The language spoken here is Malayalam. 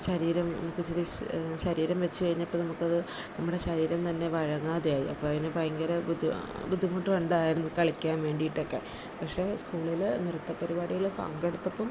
ശരീരം ക്കെചിരി ശരീരം വെച്ച് കഴിഞ്ഞപ്പം നമുക്കത് നമ്മുടെ ശരീരം തന്നെ വഴങ്ങാതെയായി അപ്പം അതിനെ ഭയങ്കര ബുദ്ധി ബുദ്ധിമുട്ടുണ്ടായിരുന്നു കളിക്കാൻ വേണ്ടിട്ടെക്കെ പക്ഷേ സ്കൂളിൽ നൃത്ത പരിപാടികളി പങ്കെടുത്തപ്പം